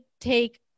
take